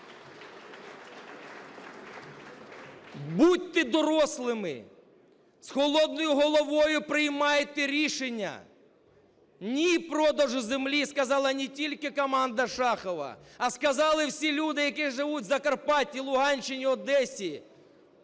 Будьте дорослими. З холодною головою приймайте рішення. Ні – продажу землі, – сказала не тільки команда Шахова, а сказали всі люди, які живуть у Закарпатті, Луганщині, Одесі.